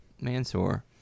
Mansoor